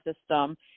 system